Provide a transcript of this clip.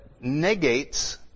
negates